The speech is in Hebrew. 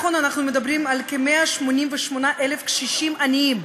אנחנו מדברים על כ-188,000 קשישים עניים,